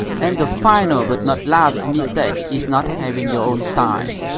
and the final but not last mistake is not having your own style.